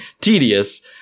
tedious